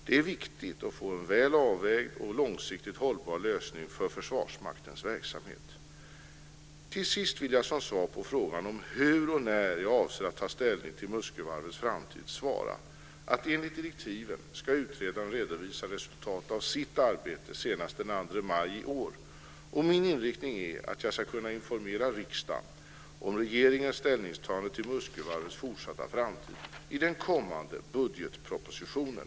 Det är viktigt att få en väl avvägd och långsiktigt hållbar lösning för Försvarsmaktens verksamhet. Till sist vill jag på frågan om hur och när jag avser att ta ställning till Muskövarvets framtid svara att enligt direktiven ska utredaren redovisa resultatet av sitt arbete senast den 2 maj i år. Min inriktning är att jag ska kunna informera riksdagen om regeringens ställningstagande till Muskövarvets fortsatta framtid i den kommande budgetpropositionen.